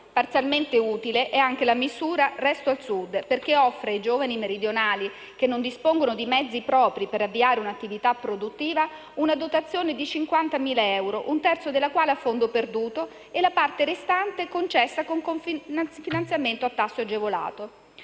Parzialmente utile è anche la misura «Resto al Sud», perché offre ai giovani meridionali che non dispongono di mezzi propri per avviare un'attività produttiva una dotazione di 50.000 euro, un terzo della quale a fondo perduto, e la restante parte concessa con finanziamento a tasso agevolato.